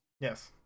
Yes